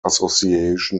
association